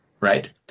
right